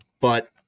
But-